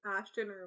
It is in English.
Ashton